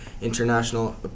international